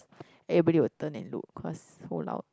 everybody will turn and look cause so loud